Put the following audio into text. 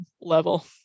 level